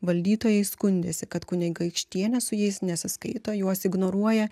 valdytojai skundėsi kad kunigaikštienė su jais nesiskaito juos ignoruoja